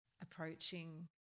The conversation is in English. approaching